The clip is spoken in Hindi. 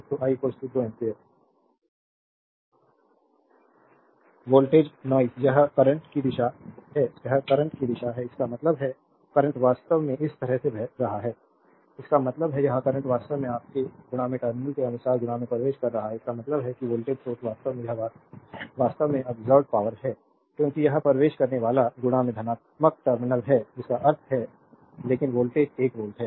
तो I 2 ampere 2 ampere vocalised noise और यह करंट की दिशा है यह करंट की दिशा है इसका मतलब है करंट वास्तव में इस तरह से बह रहा है इसका मतलब है यह करंट वास्तव में आपके टर्मिनल के अनुसार प्रवेश कर रहा है इसका मतलब है कि वोल्टेज सोर्स वास्तव में यह वास्तव में अब्सोर्बेद पावरहै क्योंकि यह एक प्रवेश करने वाला धनात्मक टर्मिनल है जिसका अर्थ है लेकिन वोल्टेज 1 वोल्ट है